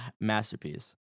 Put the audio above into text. masterpiece